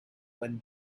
when